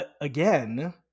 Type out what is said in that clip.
again